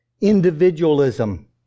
individualism